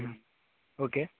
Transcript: okay